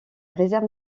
réserve